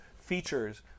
features